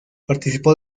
participó